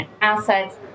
assets